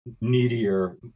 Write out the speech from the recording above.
needier